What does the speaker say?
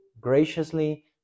graciously